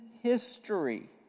history